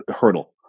hurdle